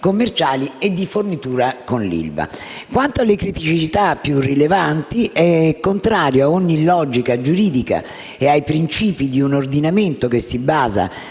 commerciali e di fornitura con l'ILVA. Quanto alle criticità più rilevanti, è contrario a ogni logica giuridica e ai principi di un ordinamento che si basa